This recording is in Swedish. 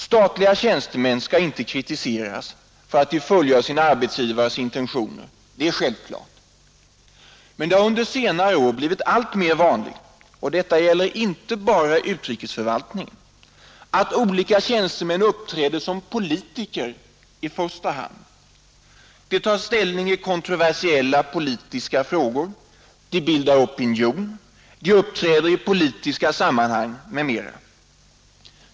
Statliga tjänstemän skall inte kritiseras för att de fullgör sin arbetsgivares intentioner, det är självklart. Men det har under senare år blivit alltmer vanligt — och detta gäller inte bara utrikesförvaltningen — att olika tjänstemän uppträder som politiker i första hand. De tar ställning i kontroversiella politiska frågor, de bildar opinion, de uppträder i politiska sammanhang m.m.